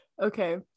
Okay